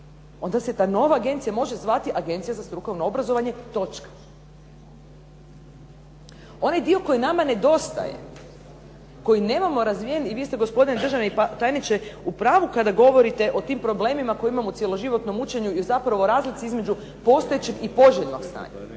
onda se ta nova Agencija može zvati Agencija za strukovno obrazovanje. Onaj dio koji nama nedostaje, koji nemamo razvijen i vi ste gospodine državni tajniče u pravu kada govorite o tim problemima koji imamo u tom cjeloživotnom učenju i u razlici između postojećeg i poželjnog stanja.